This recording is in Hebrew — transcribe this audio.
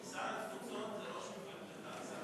שר התפוצות זה ראש מפלגתך,